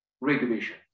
regulation